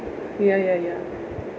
ya ya ya